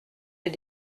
des